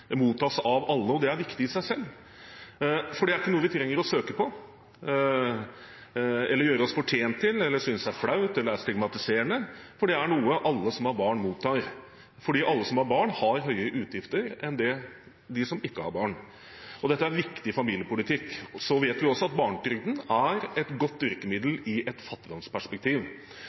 søke på eller gjøre oss fortjent til, eller noe vi synes er flaut eller stigmatiserende. For det er noe alle som har barn, mottar, for alle som har barn, har høyere utgifter enn dem som ikke har barn. Dette er viktig familiepolitikk. Så vet vi også at barnetrygden er et godt virkemiddel i et fattigdomsperspektiv.